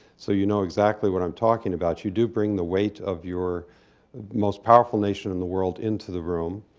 so you know exactly what i'm talking about. you do bring the weight of your most powerful nation in the world into the room.